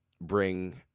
bring